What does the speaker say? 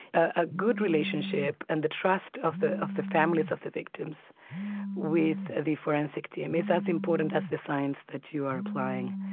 a good relationship and the trust of the of the families of the victims with the forensic team is as important as the science that you are applying.